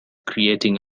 creating